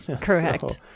Correct